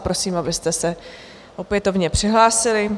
Prosím, abyste se opětovně přihlásili.